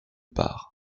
part